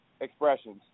expressions